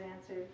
answered